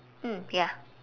mm ya